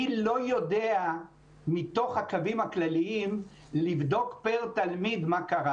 אני לא יודע מתוך הקווים הכלליים לבדוק מה קרה